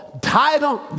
title